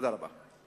תודה רבה.